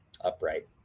Upright